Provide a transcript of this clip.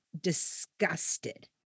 disgusted